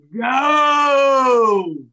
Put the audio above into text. go